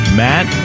matt